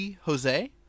Jose